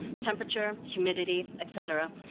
temperature, humidity, etc.